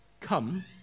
come